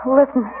listen